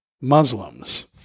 Muslims